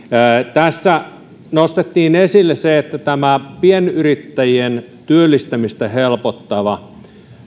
tässä nostettiin esille se että tämä pienyrittäjien työllistämistä helpottava